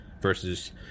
versus